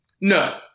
No